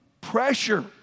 Pressure